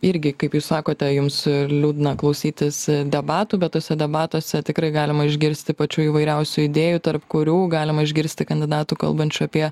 irgi kaip jūs sakote jums liūdna klausytis debatų bet tuose debatuose tikrai galima išgirsti pačių įvairiausių idėjų tarp kurių galima išgirsti kandidatų kalbančių apie